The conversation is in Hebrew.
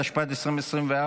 התשפ"ד 2024,